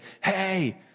hey